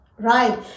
Right